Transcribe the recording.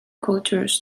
cultures